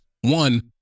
One